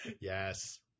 Yes